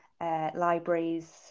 libraries